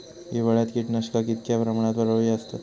हिवाळ्यात कीटकनाशका कीतक्या प्रमाणात प्रभावी असतत?